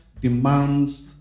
demands